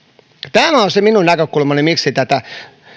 on se minun näkökulmani miksi tätä